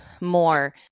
more